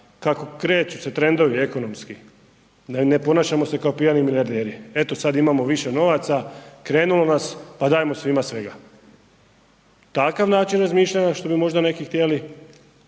kako se kreću ekonomski trendovi, ne ponašajmo se kao pijani milijarderi, eto sada imamo više novaca, krenulo nas pa dajmo svima svega. Takav način razmišljanja što bi možda neki htjeli